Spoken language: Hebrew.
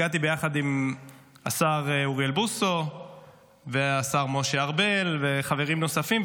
הגעתי ביחד עם השר אוריאל בוסו והשר משה ארבל וחברים נוספים,